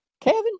Kevin